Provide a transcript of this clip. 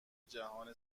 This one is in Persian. جهان